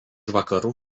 vakarų